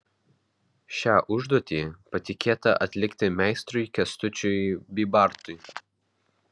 šią užduotį patikėta atlikti meistrui kęstučiui bybartui